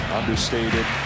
understated